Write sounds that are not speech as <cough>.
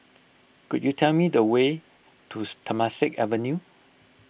could you tell me the way to <unintelligible> Temasek Avenue